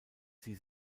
sie